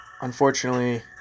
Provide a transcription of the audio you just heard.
unfortunately